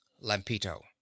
Lampito